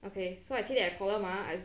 okay so actually I column mah